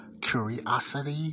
curiosity